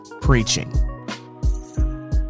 preaching